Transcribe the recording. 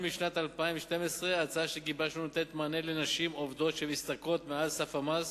מ-2012 ההצעה שגיבשנו נותנת מענה לנשים עובדות שמשתכרות מעל סף המס